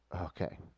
okay